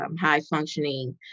high-functioning